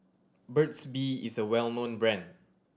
Burt's Bee is a well known brand